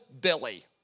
Billy